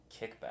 kickback